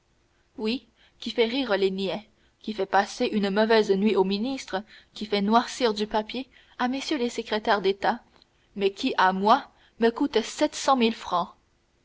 oui qui fait rire les niais qui fait passer une mauvaise nuit au ministre qui fait noircir du papier à mm les secrétaires d'état mais qui à moi me coûte sept cent mille francs